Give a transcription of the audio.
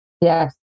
Yes